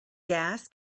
gas